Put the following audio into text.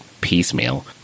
piecemeal